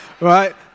right